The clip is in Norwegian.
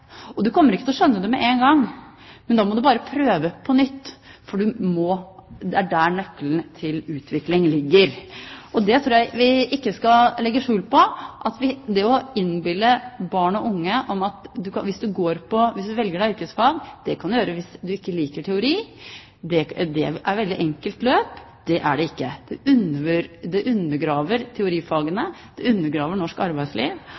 og du kommer ikke til å skjønne det med en gang, men da må du bare prøve på nytt, for det er der nøkkelen til utvikling ligger. Det tror jeg ikke vi skal legge skjul på. Det å innbille barn og unge at de kan velge yrkesfag hvis de ikke liker teori, for det er et veldig enkelt løp, som det ikke er, er å undergrave teorifagene, det undergraver norsk arbeidsliv. Jeg tror det er svært viktig at vi ikke